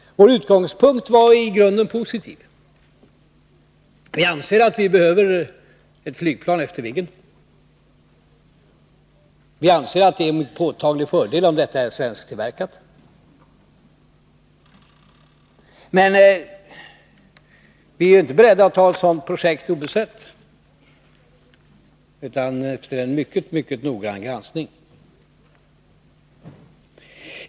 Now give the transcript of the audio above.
Vår utgångspunkt var i grunden positiv. Vi anser att vi behöver ett flygplan efter Viggen. Vi anser att det är en påtaglig fördel om detta är svensktillverkat. Men vi är inte beredda att fatta beslut om ett sådant projekt obesett, utan ett beslut måste föregås av en mycket, mycket noggrann granskning.